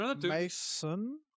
Mason